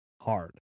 hard